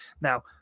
Now